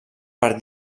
per